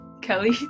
Kelly